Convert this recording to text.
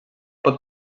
pot